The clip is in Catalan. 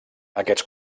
aquests